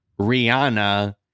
Rihanna